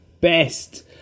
best